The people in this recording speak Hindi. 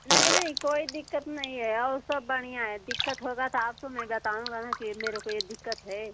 नहीं नहीं कोई दिक़्क़त नहीं है और सब बढ़िया है दिक़्क़त होगा तो आपको मैं बताऊँगा ना कि मेरे को यह दिक़्क़त है